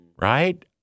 Right